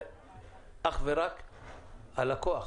זה אך ורק הלקוח,